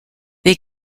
they